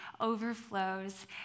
overflows